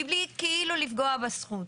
מבלי כאילו לפגוע בזכות.